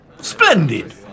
Splendid